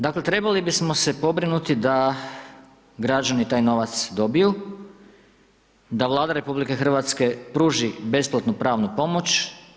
Dakle, trebali bismo se pobrinuti da građani taj novac dobiju, da Vlada RH pruži besplatnu pravnu pomoć.